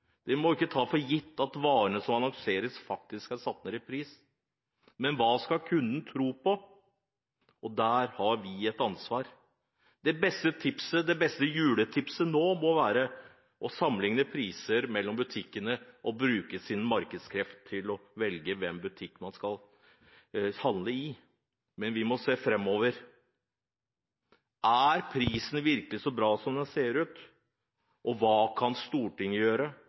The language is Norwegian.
De må ikke ta for gitt at varene som annonseres, faktisk er satt ned i pris. Men hva skal kunden tro på? Der har vi et ansvar. Det beste tipset – det beste juletipset nå – må være å sammenligne priser mellom butikker og bruke sin markedskraft til å velge hvilken butikk man skal handle i. Men vi må se framover. Er prisen virkelig så bra som det ser ut som? Hva kan Stortinget gjøre?